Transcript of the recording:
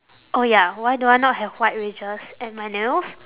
oh ya why do I not have white wedges at my nails